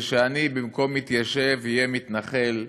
ושאני במקום מתיישב אהיה מתנחל.